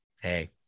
hey